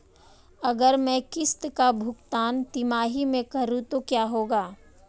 अगर मैं किश्त का भुगतान तिमाही में करूं तो क्या होगा?